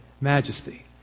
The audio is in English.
majesty